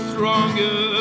Stronger